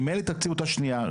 אם אין לי תקציב באותה שניה,